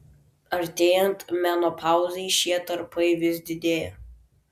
artėjant menopauzei šie tarpai vis didėja